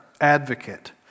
advocate